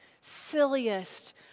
silliest